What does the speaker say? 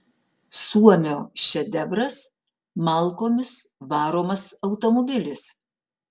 suomio šedevras malkomis varomas automobilis